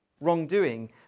wrongdoing